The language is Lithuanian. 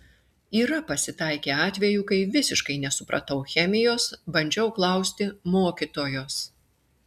yra pasitaikę atvejų kai visiškai nesupratau chemijos bandžiau klausti mokytojos